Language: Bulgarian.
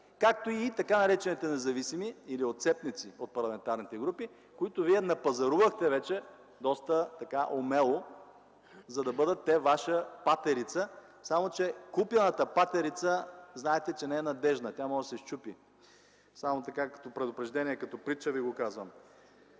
както и така наречените независими или отцепници от парламентарните групи, които вие напазарувахте вече доста така умело, за да бъдат те ваша патерица! Само че купената патерица, знаете, че не е надеждна, тя може да се счупи. Само така като предупреждение, като притча ви го казвам.